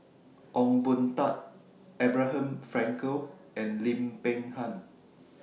Ong Boon Tat Abraham Frankel and Lim Peng Han